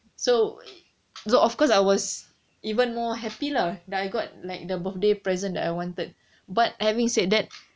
so uh of course I was even more happy lah that you got like the birthday present I wanted but having said that